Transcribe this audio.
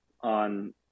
on